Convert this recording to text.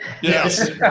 Yes